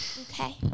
Okay